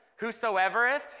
Whosoevereth